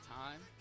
time